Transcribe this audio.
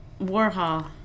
Warhol